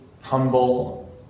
humble